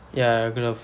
ya a glove